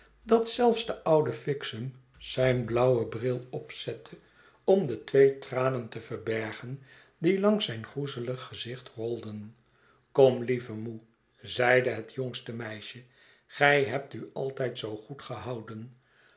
dat zelfs de oude fixem zijn blauwe bril opzette om de twee tranen te verbergen die langs zijn groezelig gezicht rolden kom lieve moey zeide het jonge meisje gij hebt u altijd zoo goed gehouden